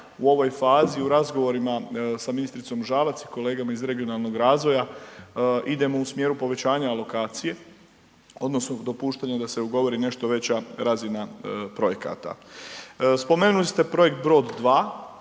u ovoj fazi u razgovorima sa ministricom Žalac i kolegama iz regionalnog razvoja idemo u smjeru povećanja alokacije odnosno dopuštanja da se ugovori nešto veća razina projekata. Spomenuli ste projekt Brod 2,